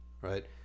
right